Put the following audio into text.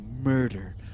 murder